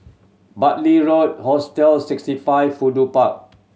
Bartley Road Hostel Sixty Five Fudu Park